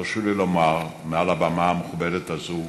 תרשו לי לומר מעל הבמה המכובדת הזאת,